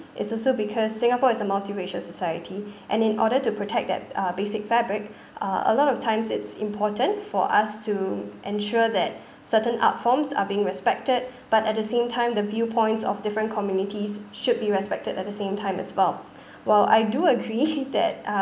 is also because singapore is a multiracial society and in order to protect that uh basic fabric uh a lot of times it's important for us to ensure that certain art forms are being respected but at the same time the viewpoints of different communities should be respected at the same time as well while I do agree that uh